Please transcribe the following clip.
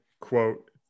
quote